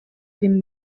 vint